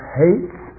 hates